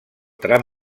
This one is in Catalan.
tram